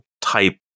type